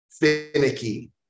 finicky